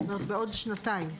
זאת אומרת בעוד שנתיים.